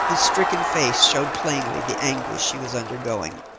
whose stricken face showed plainly the anguish she was undergoing.